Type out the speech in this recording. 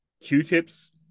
Q-tips